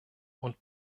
und